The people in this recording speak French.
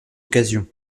occasion